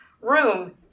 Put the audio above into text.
room